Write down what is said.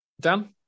Dan